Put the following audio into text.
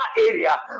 area